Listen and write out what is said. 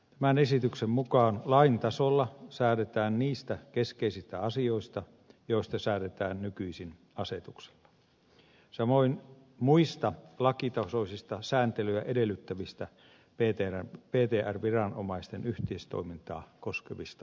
tämän esityksen mukaan lain tasolla säädetään niistä keskeisistä asioista joista säädetään nykyisin asetuksilla samoin muista lakitasoisista sääntelyä edellyttävistä ptr viranomaisten yhteistoimintaa koskevista asioista